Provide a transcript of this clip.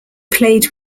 played